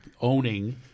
owning